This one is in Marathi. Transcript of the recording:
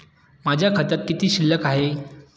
माझ्या खात्यात किती शिल्लक आहे?